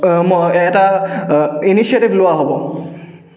এটা ইনিশ্বিয়েটিভ লোৱা হ'ব